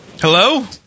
Hello